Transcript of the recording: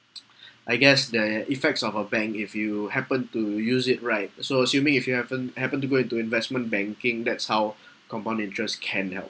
I guess the effects of a bank if you happened to use it right so assuming if you happened happened to go into investment banking that's how compound interest can help